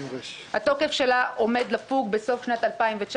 התוקף שלה עומד לפוג בסוף שנת 2019,